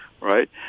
right